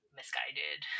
misguided